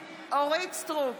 סטרוק,